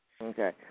Okay